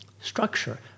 structure